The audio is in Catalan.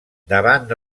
davant